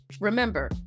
Remember